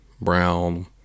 brown